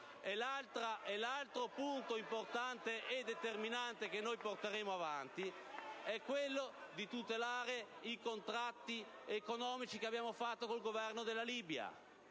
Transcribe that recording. L'altro aspetto importante che porteremo avanti è quello di tutelare i contratti economici che abbiamo fatto con il Governo della Libia.